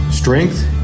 Strength